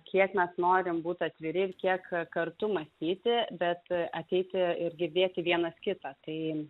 kiek mes norim būt atviri ir kiek kartu mąstyti bet ateiti ir girdėti vienas kitą tai